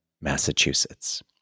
Massachusetts